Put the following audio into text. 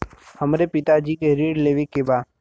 हमरे पिता जी के ऋण लेवे के बा?